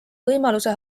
võimaluse